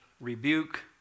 rebuke